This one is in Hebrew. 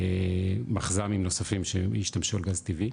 מחזמים נוספים שהשתמשו בגז טבעי,